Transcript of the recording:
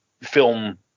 film